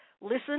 listen